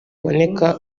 uboneka